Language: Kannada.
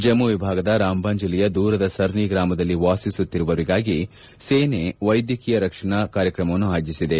ಜಮ್ಮ ವಿಭಾಗದ ರಾಂಬನ್ ಜಿಲ್ಲೆಯ ದೂರದ ಸರ್ನಿ ಗ್ರಾಮದಲ್ಲಿ ವಾಸಿಸುತ್ತಿರುವವರಿಗಾಗಿ ಸೇನೆ ವೈದ್ಯಕೀಯ ರಕ್ಷಣಾ ಕಾರ್ಯಕ್ರಮವನ್ನು ಆಯೋಜಿಸಿದೆ